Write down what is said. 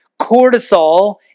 cortisol